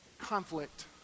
conflict